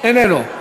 איננו,